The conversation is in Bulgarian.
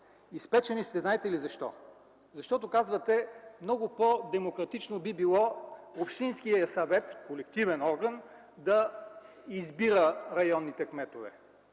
„Изпечени” сте знаете ли защо? Защото казвате, че много по-демократично би било общинският съвет – колективен орган, да избира районните кметове.